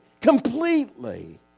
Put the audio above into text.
completely